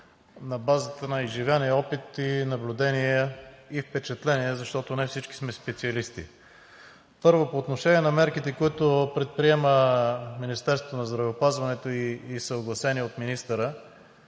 на базата на изживения опит, наблюдения и впечатления, защото не всички сме специалисти. По отношение на мерките, които предприема Министерството на здравеопазването и са огласени от министъра.